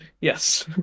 yes